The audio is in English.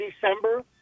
December